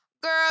girl